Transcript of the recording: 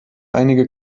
einige